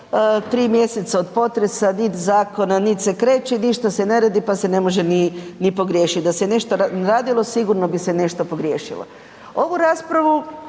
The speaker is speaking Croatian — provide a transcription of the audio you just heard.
3 mjeseca od potresa, nit zakona nit se kreće, ništa se ne radi pa se ne može ni pogriješiti. Da ste nešto radilo, sigurno bi se nešto pogriješilo. Ovu raspravu